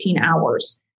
hours